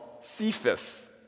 Cephas